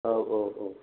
औ औ औ